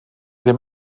dem